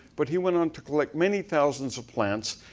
but he went on to collect many thousands of plants,